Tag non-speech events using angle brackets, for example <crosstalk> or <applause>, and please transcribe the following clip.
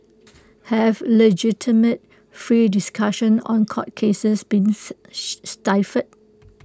have legitimate free discussions on court cases been <noise> stifled